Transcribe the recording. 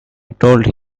told